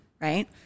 right